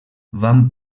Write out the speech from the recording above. van